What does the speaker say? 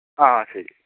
ആ ശരി